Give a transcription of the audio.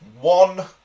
one